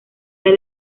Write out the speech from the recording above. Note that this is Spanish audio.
del